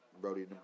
Brody